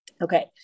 Okay